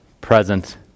present